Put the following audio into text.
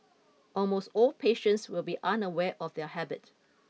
almost all patients will be unaware of their habit